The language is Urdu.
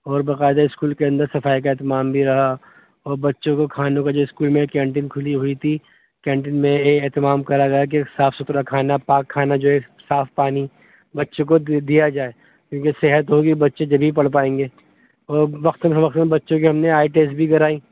اور باقاعدہ اسکول کے اندر صفائی کا اہتمام بھی رہا اور بچوں کو کھانوں کا جو اسکول میں کینٹین کھلی ہوئی تھی کینٹین میں اے اہتمام کرا گیا کہ صاف ستھرا کھانا پاک کھانا جو ہے صاف پانی بچوں کو دیا جائے کیونکہ صحت ہوگی بچے جبھی پڑھ پائیں گے اور وقتاً فوقتاََ بچوں کی ہم نے آئی ٹیسٹ بھی کرائی